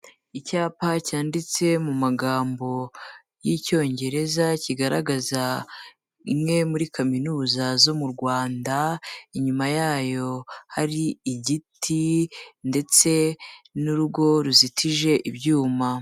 Icyapa cyanditse mu magambo y'icyongereza kigaragaza imwe muri kaminuza zo mu Rwanda, inyuma yayo hari igiti ndetse n'urugo ruzitije ibyuma.